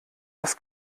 das